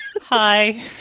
hi